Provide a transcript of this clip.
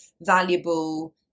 valuable